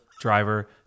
driver